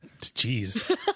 Jeez